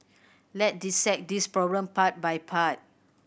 let's dissect this problem part by part